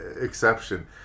exception